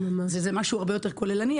זה משהו הרבה יותר כוללני,